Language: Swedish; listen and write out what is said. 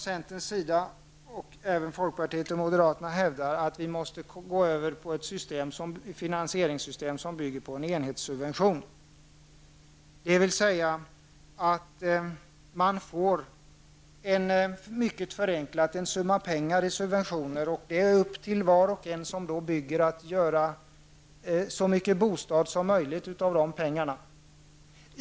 Centern och även folkpartiet och moderaterna hävdar att vi måste gå över till ett finansieringssystem som bygger på en enhetssubvention, dvs. att man, mycket förenklat, får en summa pengar i subventioner. Sedan är det upp till var och en som bygger att göra så mycket bostad som möjligt av pengarna.